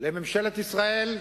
לממשלת ישראל,